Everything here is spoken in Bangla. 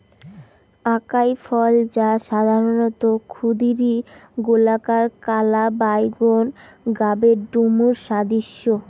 আকাই ফল, যা সাধারণত ক্ষুদিরী, গোলাকার, কালা বাইগোন গাবের ডুমুর সদৃশ